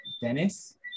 Dennis